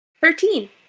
Thirteen